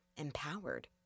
empowered